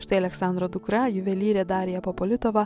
štai aleksandro dukra juvelyrė darija popolitova